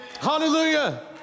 Hallelujah